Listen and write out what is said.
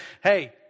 hey